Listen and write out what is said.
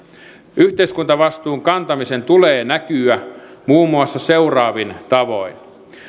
yhteiskuntavastuun kantamisen tulee näkyä muun muassa seuraavin tavoin